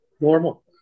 normal